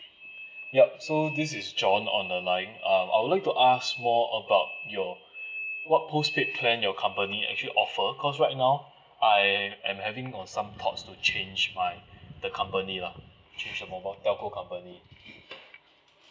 yup so this is john on the line uh I would like to ask more about your what postpaid plan your company actually offer cause right now I am having uh some thoughts to change my the company lah change the mobile telco company